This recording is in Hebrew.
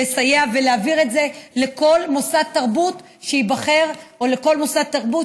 לסייע ולהעביר את זה לכל מוסד תרבות שייבחר או לכל מוסד תרבות